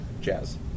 Jazz